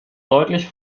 deutlich